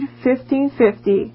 1550